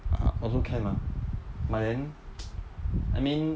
also can lah but then I mean